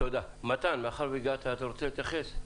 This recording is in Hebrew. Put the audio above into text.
מתן, מאחר שהגעת אתה רוצה להתייחס?